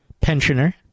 pensioner